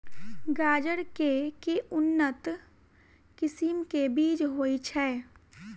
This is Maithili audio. गाजर केँ के उन्नत किसिम केँ बीज होइ छैय?